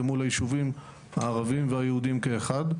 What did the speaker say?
למול היישובים הערביים והיהודיים כאחד,